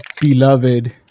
beloved